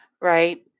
right